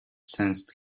sensed